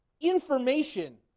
information